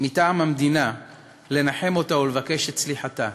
מטעם המדינה לנחם אותה ולבקש את סליחתה.